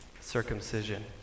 circumcision